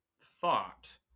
thought